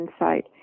insight